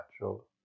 natural